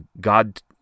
God